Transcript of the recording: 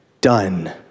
done